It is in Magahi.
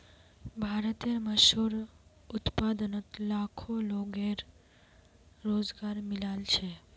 भारतेर मशहूर उत्पादनोत लाखों लोगोक रोज़गार मिलाल छे